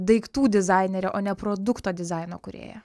daiktų dizainere o ne produkto dizaino kūrėja